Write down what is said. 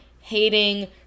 hating